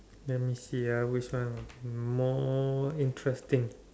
let me see ah which one more interesting